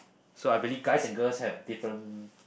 so I believe guys and girls have different